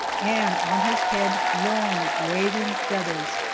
and on his head long, waving feathers.